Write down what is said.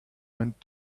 went